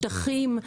שטחים,